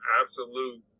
absolute